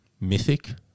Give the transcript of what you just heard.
Mythic